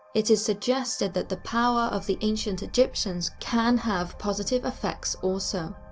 it is suggested that the power of the ancient egyptians can have positive effects also.